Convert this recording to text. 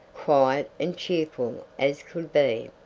quiet and cheerful as could be,